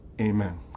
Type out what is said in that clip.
Amen